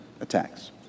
attacks